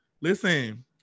listen